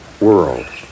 world